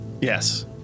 Yes